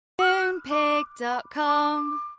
Moonpig.com